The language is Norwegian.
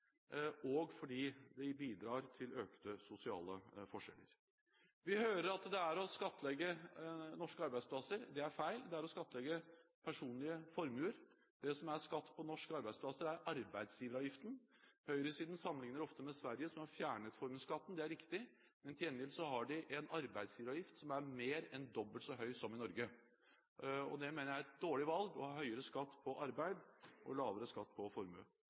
og fordi det bidrar til økte sosiale forskjeller. Vi hører at det er å skattlegge norske arbeidsplasser – det er feil – det er å skattlegge personlige formuer. Det som er skatt på norske arbeidsplasser, er arbeidsgiveravgiften. Høyresiden sammenlikner ofte Norge med Sverige som har fjernet formuesskatten. Det er riktig, men til gjengjeld har de en arbeidsgiveravgift som er mer enn dobbelt så høy som i Norge. Det mener jeg er et dårlig valg, å ha høyere skatt på arbeid og lavere skatt på formue.